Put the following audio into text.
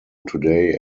today